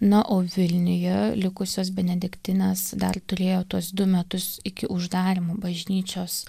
na o vilniuje likusios benediktinės dar turėjo tuos du metus iki uždarymų bažnyčios